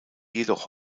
jedoch